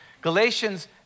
Galatians